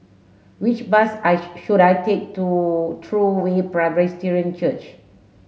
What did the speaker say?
which bus I should I take to True Way Presbyterian Church